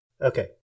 Okay